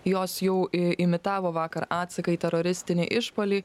jos jau i imitavo vakar atsaką į teroristinį išpuolį